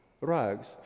rugs